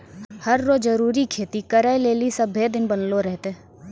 हर रो जरूरी खेती करै लेली सभ्भे दिन बनलो रहतै